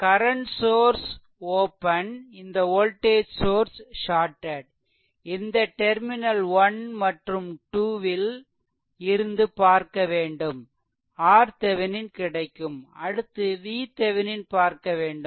current source open இந்த voltage source shorted இந்த terminal 1 மற்றும் 2 ல் இருந்து பார்க்க வேண்டும் RThevenin கிடைக்கும் அடுத்து VThevenin பார்க்க வேண்டும்